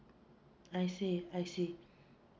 I see I see